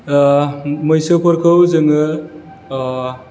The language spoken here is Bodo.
मैसोफोरखौ जोङो